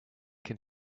can